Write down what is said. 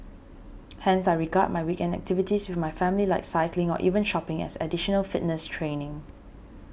hence I regard my weekend activities with my family like cycling or even shopping as additional fitness training